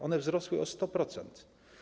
One wzrosły o 100%.